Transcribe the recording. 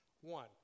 one